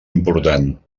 important